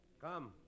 Come